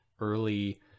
early